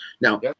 Now